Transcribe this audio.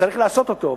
וצריך לעשות אותו,